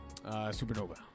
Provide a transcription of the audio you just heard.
Supernova